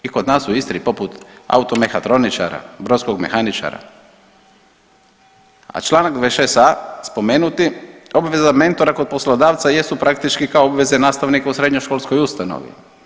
I kod nas u Istri poput automehatroničara, brodskog mehaničara, a čl. 26a spomenuti, obveza mentora kod poslodavca jesu praktički kao obveze nastavnika u srednjoškolskoj ustanovi.